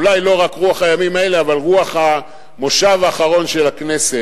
אולי לא רק רוח הימים האלה אבל רוח המושב האחרון של הכנסת,